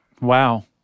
wow